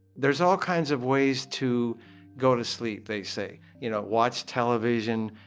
there's all kinds of ways to go to sleep, they say. you know, watch television,